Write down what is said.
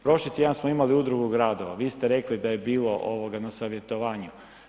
Prošli tjedan smo imali Udruga gradova, vi ste rekli da je bilo na savjetovanjima.